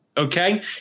Okay